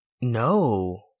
No